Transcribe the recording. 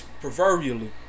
proverbially